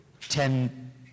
ten